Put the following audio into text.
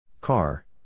Car